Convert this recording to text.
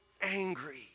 angry